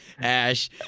Ash